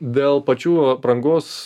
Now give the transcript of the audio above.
dėl pačių aprangos